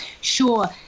Sure